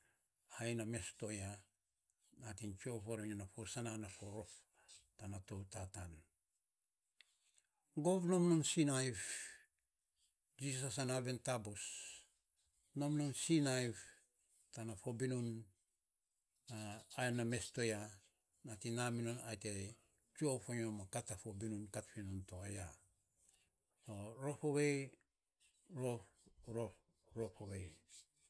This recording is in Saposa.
Ai na mes to aya nating tsue of mivo ro nyo na fo sanan a fo rof, tana tou tatan, gov nom non sinaiv, jisas an aven taabos nom non sinaiv tana fo binun ai na mes to ya, na mi non ai te tsue of vainyo tan kat a fo binun kat finon to aya, rof ovei rof rof rof ovei.